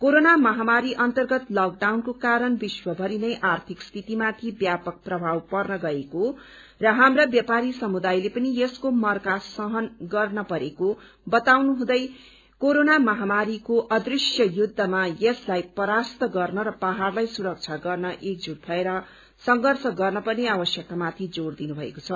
corona महामारी अन्तर्गत लकडाउनको कारण विश्वमरि नै आर्थिक स्थिति माथि व्यापक प्रभाव पर्न गएको र हाम्रा व्यापारी समुदायले पनि यसको मर्का सहन परेको बताउनु हुँदै कोरोना महामारीको अदृश्य युद्धमा यसलाई परास्त गर्न र पहाड़लाई सुरक्षा गर्न एकजूट भएर संघर्ष गर्न पर्ने आवश्यकता माथि जोड़ दिनु भएको छ